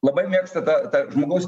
labai mėgsta tą tą žmogus